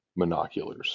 monoculars